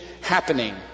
happening